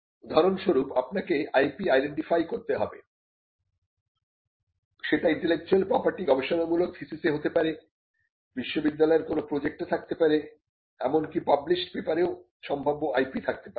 উদাহরণস্বরূপ আপনাকে IP identify করতে হবে সেটা ইন্টেলেকচুয়াল প্রপার্টি গবেষণামূলক থিসিসে হতে পারে বিশ্ববিদ্যালয়ের কোন প্রজেক্টে থাকতে পারে এমনকি পাবলিসড পেপারেও সম্ভাব্য IP থাকতে পারে